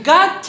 God